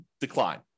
decline